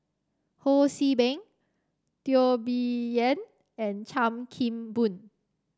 Ho See Beng Teo Bee Yen and Chan Kim Boon